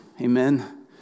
amen